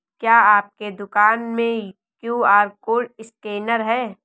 क्या आपके दुकान में क्यू.आर कोड स्कैनर है?